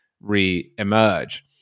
re-emerge